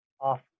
off